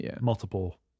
multiple